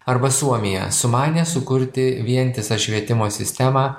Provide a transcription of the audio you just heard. arba suomija sumanė sukurti vientisą švietimo sistemą